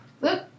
Look